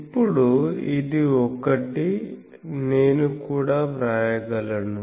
ఇప్పుడు ఇది ఒకటి నేను కూడా వ్రాయగలను